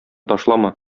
ташлама